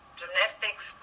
gymnastics